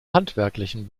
handwerklichen